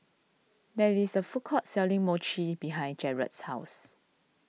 there is a food court selling Mochi behind Jarred's house